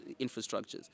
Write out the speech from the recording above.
infrastructures